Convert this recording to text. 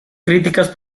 críticas